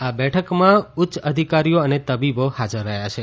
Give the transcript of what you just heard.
આ બેઠકમાં ઉચ્ચ અધિકારીઓ અને તબીબો હાજર રહ્યા છે